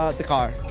the car,